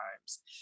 times